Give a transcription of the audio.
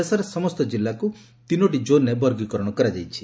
ଦେଶରେ ସମସ୍ତ ଜିଲ୍ଲାରେ ତିନୋଟି ଜୋନରେ ବର୍ଗୀକରଣ କରାଯାଇଛି